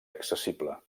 accessible